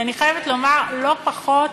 אני חייבת לומר, לא פחות